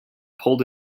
pulled